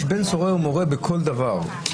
יש בן סורר ומורה בכל דבר,